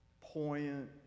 poignant